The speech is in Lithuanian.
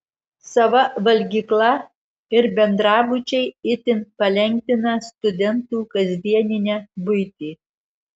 sava valgykla ir bendrabučiai itin palengvina studentų kasdieninę buitį